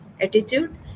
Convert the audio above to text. attitude